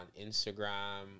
Instagram